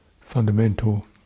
fundamental